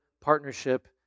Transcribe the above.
partnership